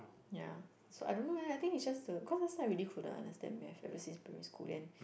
ya so I don't know eh I think it's just the cause last time I really couldn't understand Math unless is primary school then